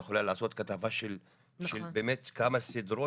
היא יכולה לעשות כתבה של באמת כמה סדרות,